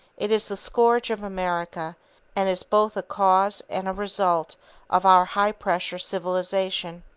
it is the scourge of america and is both a cause and a result of our high-pressure civilization.